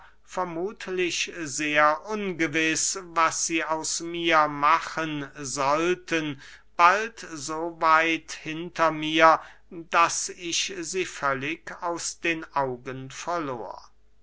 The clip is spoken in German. vermuthlich sehr ungewiß was sie aus mir machen sollten bald so weit hinter mir daß ich sie völlig aus den augen verlor